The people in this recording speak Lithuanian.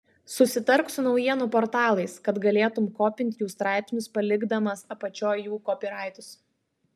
susitark su naujienų portalais kad galėtum kopint jų straipsnius palikdamas apačioj jų kopyraitus